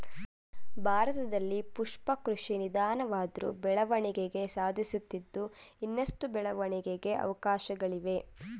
ಭಾರತದಲ್ಲಿ ಪುಷ್ಪ ಕೃಷಿ ನಿಧಾನವಾದ್ರು ಬೆಳವಣಿಗೆ ಸಾಧಿಸುತ್ತಿದ್ದು ಇನ್ನಷ್ಟು ಬೆಳವಣಿಗೆಗೆ ಅವಕಾಶ್ಗಳಿವೆ